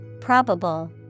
Probable